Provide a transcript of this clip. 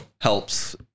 helps